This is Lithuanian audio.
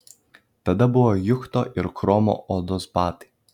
tada buvo juchto ir chromo odos batai